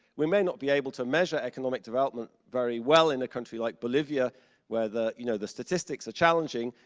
we may not be able to measure economic development very well in a country like bolivia where the you know the statistics are challenging,